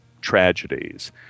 tragedies